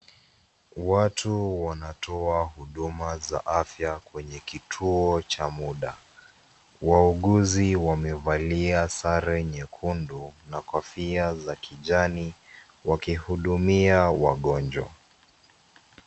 Watu wanatoa huduma za afya kwenye kituo cha muda. Wauguzi wamevalia sare nyekundu na kofia za kijani wakihudumia wagonjwa.